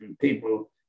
people